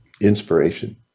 inspiration